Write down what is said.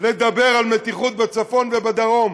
לדבר על מתיחות בצפון ובדרום